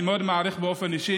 באמת זה לא משנה.